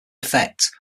effect